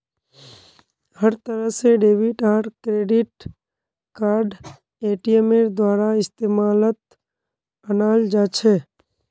हर तरह से डेबिट आर क्रेडिट कार्डक एटीएमेर द्वारा इस्तेमालत अनाल जा छे